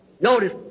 Notice